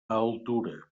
altura